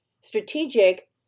strategic